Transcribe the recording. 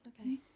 okay